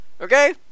Okay